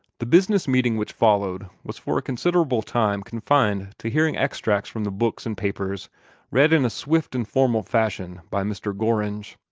the business meeting which followed was for a considerable time confined to hearing extracts from the books and papers read in a swift and formal fashion by mr. gorringe.